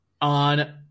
on